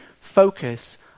focus